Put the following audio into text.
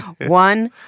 One